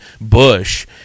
bush